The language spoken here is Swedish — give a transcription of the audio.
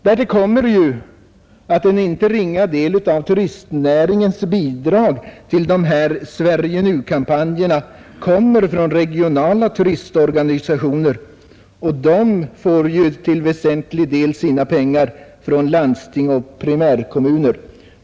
Därtill kommer att en inte ringa del av turistnäringens bidrag till Sverige Nu-kampanjen kommer från regionala turistorganisationer, och dessa får ju till väsentlig del sina pengar från landsting och primärkommuner.